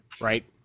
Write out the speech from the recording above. Right